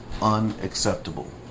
Unacceptable